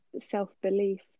self-belief